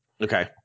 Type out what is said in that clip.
Okay